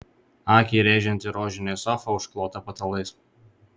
akį rėžianti rožinė sofa užklota patalais